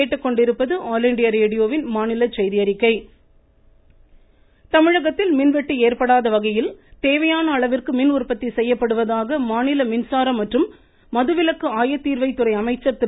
ருருரு தங்கமணி சரோஜா தமிழகத்தில் மின்வெட்டு ஏற்படாத வகையில் தேவையான அளவிற்கு மின்உற்பத்தி செய்யப்படுவதாக மாநில மின்சார மற்றும் மதுவிலக்கு ஆயத்தீர்வை துறை அமைச்சர் திரு